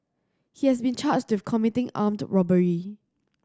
he has been charged with committing armed robbery